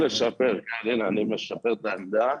אני משפר את העמדה.